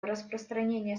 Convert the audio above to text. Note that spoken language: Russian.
распространения